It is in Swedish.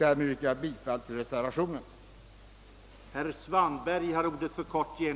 Härmed ber jag att få yrka bifall till reservationen.